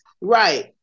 right